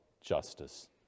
justice